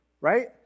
Right